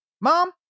Mom